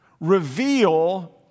reveal